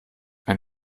ein